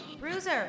Bruiser